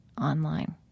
online